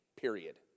Period